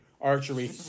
archery